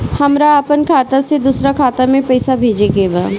हमरा आपन खाता से दोसरा खाता में पइसा भेजे के बा